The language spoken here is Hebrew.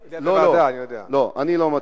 לא, אני לא מציע.